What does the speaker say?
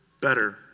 better